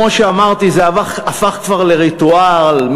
כמו שאמרתי: זה הפך כבר לריטואל,